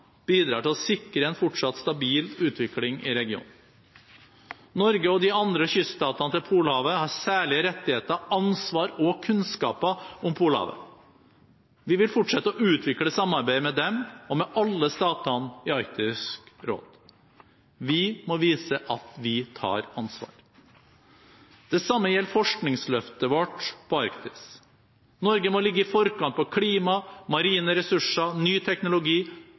bidrar til å sikre en fortsatt stabil utvikling i regionen. Norge og de andre kyststatene til Polhavet har særlige rettigheter, ansvar og kunnskaper om Polhavet. Vi vil fortsette å utvikle samarbeidet med dem og med alle statene i Arktisk råd. Vi må vise at vi tar ansvar. Det samme gjelder vårt forskningsløft i Arktis. Norge må ligge i forkant innenfor klima, marine ressurser, ny teknologi